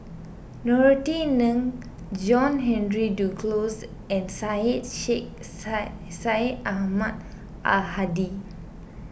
Norothy Ng John Henry Duclos and Syed Sheikh Syed Ahmad Al Hadi